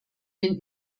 den